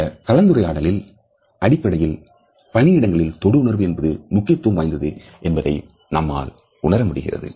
இந்த கலந்துரையாடல்களில் அடிப்படையில் பணியிடங்களில் தொடு உணர்வு என்பது முக்கியத்துவம் வாய்ந்தது என்பதை நம்மால் உணர முடிகிறது